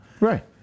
Right